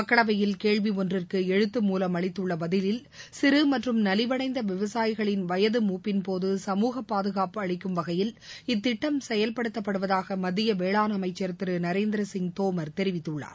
மக்களவையில் கேள்வி ஒன்றிற்கு எழுத்து மூலம் அளித்துள்ள பதிலில் சிறு மற்றும் நலிவடைந்த விவசாயிகளின் வயது மூப்பிள்போது சமூக பாதுகாப்பு அளிக்கும் வகையில் இத்திட்டர செயவ்படுத்தப்படுவதாக மத்திய வேளாண் அமைச்சர் திரு நரேந்திரசிங் தோமர் தெரிவித்துள்ளார்